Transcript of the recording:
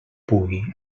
pugui